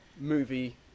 movie